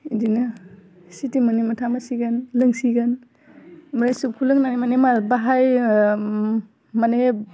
इदिनो सिटि मोन्नै मोनथाम होसिगोन लोंसिगोन ओमफ्राय सुबखौ लोंनानै मानि मार बाहाय ओह मानि